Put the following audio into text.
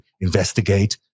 investigate